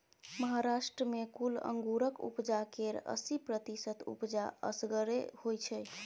महाराष्ट्र मे कुल अंगुरक उपजा केर अस्सी प्रतिशत उपजा असगरे होइ छै